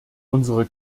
unsere